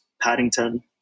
Paddington